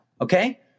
Okay